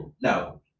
No